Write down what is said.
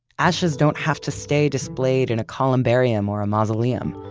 ashes don't have to stay displayed in a columbarium or a mausoleum.